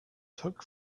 took